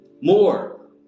more